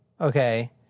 okay